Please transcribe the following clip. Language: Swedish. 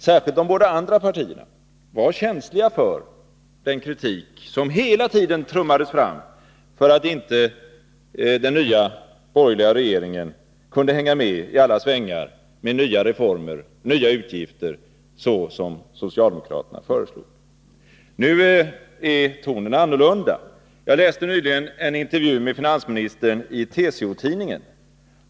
Särskilt de båda andra partierna var känsliga för den kritik som hela tiden trummade fram mot att inte den nya borgerliga regeringen kunde hänga med i alla svängar med nya reformer och nya utgifter så som socialdemokraterna föreslog. Nu är tonen annorlunda. Jag läste nyligen en intervju med finansministern i TCO-tidningen.